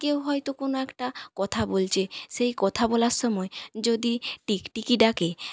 কেউ হয়তো কোনো একটা কথা বলছে সেই কথা বলার সময় যদি টিকটিকি ডাকে